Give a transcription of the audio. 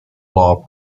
law